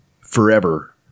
Forever